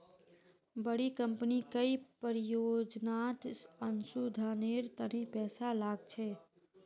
बड़ी कंपनी कई परियोजनात अनुसंधानेर तने पैसा लाग छेक